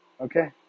Okay